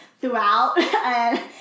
throughout